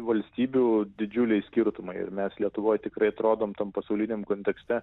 valstybių didžiuliai skirtumai ir mes lietuvoj tikrai atrodom tam pasauliniam kontekste